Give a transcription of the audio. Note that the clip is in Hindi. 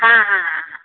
हाँ हाँ हाँ हाँ